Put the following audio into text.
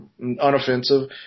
Unoffensive